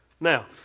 Now